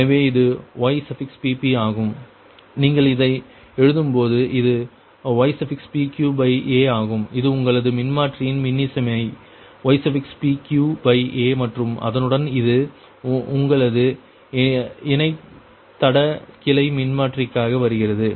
எனவே இது Ypp ஆகும் நீங்கள் இதை எழுதும் பொழுது இது ypqa ஆகும் இது உங்களது மின்மாற்றியின் மின்னிசைமை ypqa மற்றும் அதனுடன் இது உங்களது இணைத்தட கிளை மின்மாற்றிக்காக வருகிறது